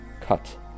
cut